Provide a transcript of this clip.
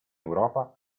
europa